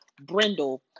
brindle